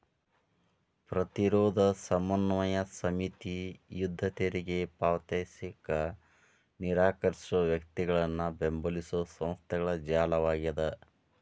ಪ್ರತಿರೋಧ ಸಮನ್ವಯ ಸಮಿತಿ ಯುದ್ಧ ತೆರಿಗೆ ಪಾವತಿಸಕ ನಿರಾಕರ್ಸೋ ವ್ಯಕ್ತಿಗಳನ್ನ ಬೆಂಬಲಿಸೊ ಸಂಸ್ಥೆಗಳ ಜಾಲವಾಗ್ಯದ